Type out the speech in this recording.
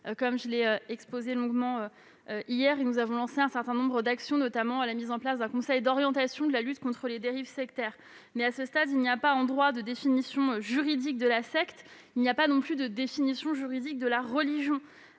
comme je l'ai exposé longuement hier. Nous avons lancé un certain nombre d'actions, notamment la mise en place d'un conseil d'orientation de la lutte contre les dérives sectaires. Reste que, à ce stade, il n'y a pas de définition juridique de la secte, pas plus qu'il n'y a de définition juridique de la religion.